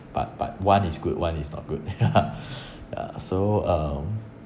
but but one is good one is not good ya ya so um